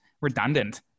redundant